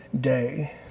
day